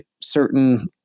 certain